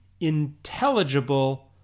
intelligible